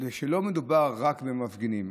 לא מדובר רק במפגינים.